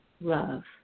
love